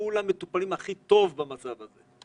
כולם מטופלים הכי טוב במצב הזה.